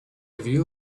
view